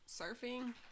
surfing